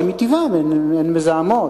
שמטיבן הן מזהמות,